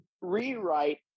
rewrite